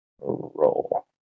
Roll